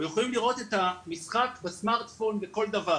יכולים לראות את המשחק בסמרטפון בכל דבר,